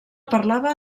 parlava